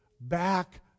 back